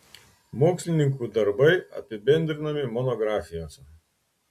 mokslininkų darbai apibendrinami monografijose